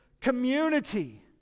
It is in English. community